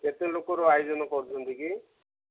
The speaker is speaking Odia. କେତେ ଲୋକର ଆୟୋଜନ କରୁଛନ୍ତି କି